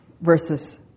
versus